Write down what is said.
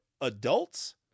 adults